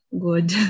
good